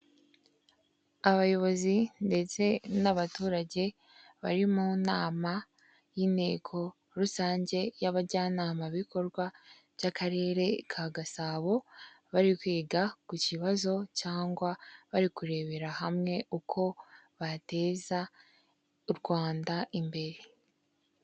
Abayobozi ndetse n'abaturage bari mu nama y'inteko rusange y'abajyanama bikorwa by'akarere ka Gasabo, bari kwiga ku kibazo cyangwa bari kurebera hamwe uko bateza u Rwanda imbere.